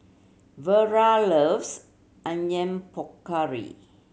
Vara loves Onion Pakora